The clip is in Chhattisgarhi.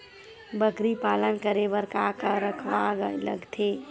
बकरी पालन करे बर काका रख रखाव लगथे?